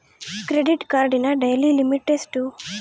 Credit ಕಾರ್ಡಿನ daily limit ಎಷ್ಟು?